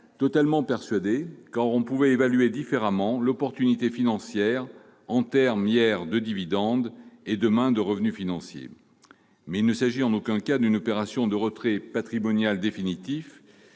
totalement persuadé, car on pouvait évaluer différemment son opportunité financière en termes de dividendes hier et de revenus financiers demain. Il ne s'agit en aucun cas d'une opération de retrait patrimonial définitif,